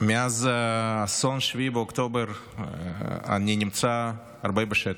מאז אסון 7 באוקטובר אני נמצא הרבה בשטח.